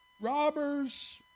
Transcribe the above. robbers